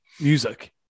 music